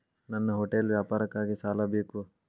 ನನ್ನ ಹೋಟೆಲ್ ವ್ಯಾಪಾರಕ್ಕಾಗಿ ಸಾಲ ಬೇಕು